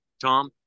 Tom